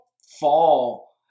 fall